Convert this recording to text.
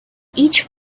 each